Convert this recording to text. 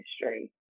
history